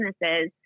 businesses